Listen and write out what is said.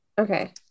Okay